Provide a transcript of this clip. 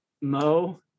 Mo